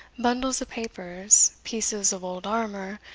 bundles of papers, pieces of old armour,